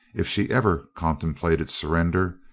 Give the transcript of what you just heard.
if she ever contemplated surrender,